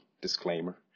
disclaimer